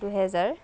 দুহেজাৰ